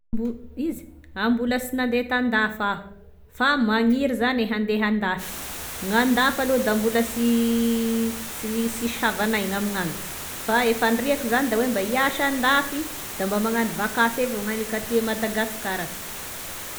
Mbo iza, a mbola sy nandeha tan-dafy aho, fa magniry zany handeha an-dafy, gna an-dafy aloha da mbola sy sy sisy havanay angnany, fa faniriako zany da hoe mba hiasa an-dafy de mba magnano vakansy avao gn'aniko aty à Madagasikara.